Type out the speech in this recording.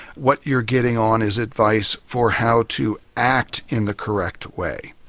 what you're getting on is advice for how to act in the correct way.